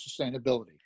sustainability